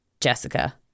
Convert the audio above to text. Jessica